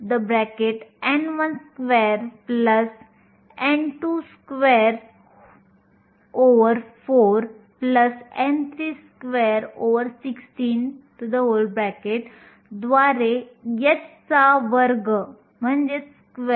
2 पिकोसेकंदांच्या काळात या दोन विखुरणाऱ्या घटना दरम्यानच्या इलेक्ट्रॉनच्या प्रवाहाचे अंतर किंवा इलेक्ट्रॉन प्रवाहाचे अंतर देखील मोजू शकतो